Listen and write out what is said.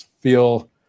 feel